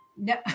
No